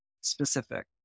specific